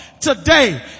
Today